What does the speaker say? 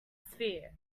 sphere